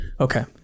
Okay